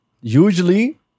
Usually